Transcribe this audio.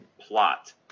plot